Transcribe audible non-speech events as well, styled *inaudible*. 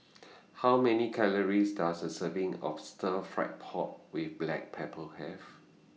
*noise* How Many Calories Does A Serving of Stir Fry Pork with Black Pepper Have